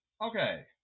Okay